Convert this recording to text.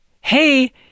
hey